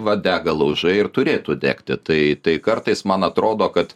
va dega laužai ir turėtų degti tai tai kartais man atrodo kad